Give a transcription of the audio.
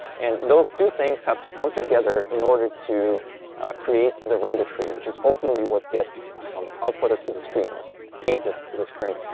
and those two things have to come together in order to create the render tree, which is ultimately what gets um outputted to the screen, or painted to the screen,